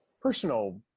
personal